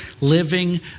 living